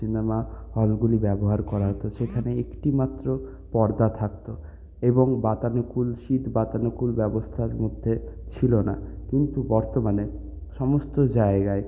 cinema হলগুলি ব্যবহার করা হতো সেখানে একটিমাত্র পর্দা থাকত এবং বাতানুকুল শীত বাতানুকুল ব্যবস্থার মধ্যে ছিল না কিন্তু বর্তমানে সমস্ত জায়গায়